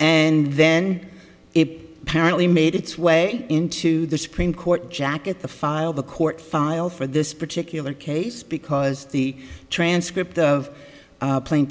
and then a parent made its way into the supreme court jacket the file the court file for this particular case because the transcript of plain